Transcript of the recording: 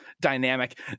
dynamic